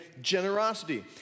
generosity